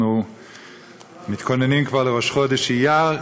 אנחנו מתכוננים כבר לראש חודש אייר.